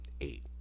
eight